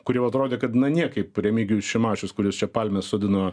kur jau atrodė kad na niekaip remigijus šimašius kuris čia palmes sodino